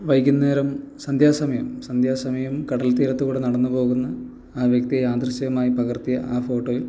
വൈകുന്നേരം സന്ധ്യാസമയം സന്ധ്യാസമയം കടൽത്തീരത്ത് കൂടെ നടന്ന് പോകുന്ന ആ വ്യക്തിയെ യാദൃശ്ചികമായി പകർത്തിയ ആ ഫോട്ടോയും